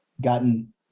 gotten